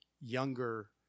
younger